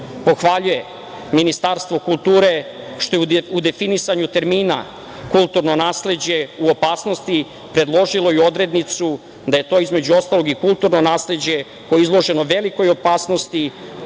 pohvaljuje Ministarstvo kulture što je u definisanju termina „kulturno nasleđe u opasnosti“ predložilo i odrednicu da je to, između ostalog, i kulturno nasleđe koje je izloženo velikoj opasnosti